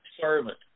servant